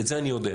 את זה אני יודע.